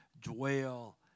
dwell